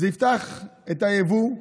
זה יפתח את היבוא,